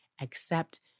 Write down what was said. accept